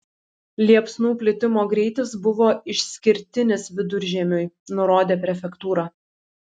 liepsnų plitimo greitis buvo išskirtinis viduržiemiui nurodė prefektūra